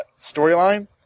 storyline